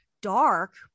dark